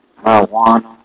marijuana